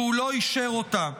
והוא לא אישר אותה.